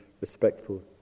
respectful